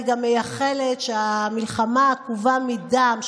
אני גם מייחלת שהמלחמה העקובה מדם,